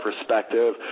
perspective